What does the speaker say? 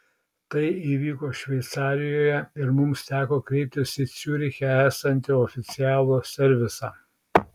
tai įvyko šveicarijoje ir mums teko kreiptis į ciuriche esantį oficialų servisą